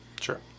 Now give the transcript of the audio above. sure